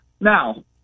now